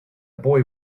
boy